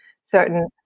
certain